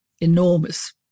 enormous